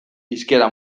hizkera